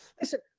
Listen